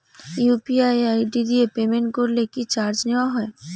UPI ID দিয়ে payment করলে কি চার্জ নেয়া হয়?